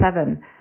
seven